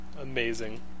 Amazing